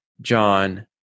John